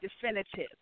definitive